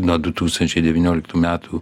nuo du tūkstančiai devynioliktų metų